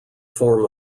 form